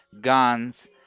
guns